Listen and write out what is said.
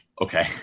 okay